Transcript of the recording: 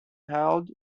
held